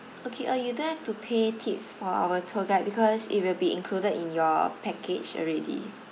okay uh you don't have to pay tips for our tour guide because it will be included in your package already